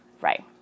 right